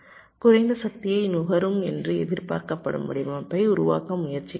குறைந்த சக்தியை நுகரும் என்று எதிர்பார்க்கப்படும் வடிவமைப்பை உருவாக்க முயற்சிக்கிறேன்